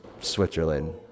Switzerland